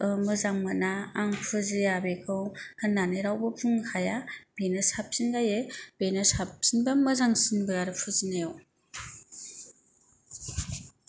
मोजां मोना आं फुजिया बेखौ होननानै रावबो बुंनो हाया बेनो साबसिन जायो बेनो साबसिनबो मोजांसिनबो आरो फुजिनायाव